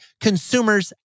consumers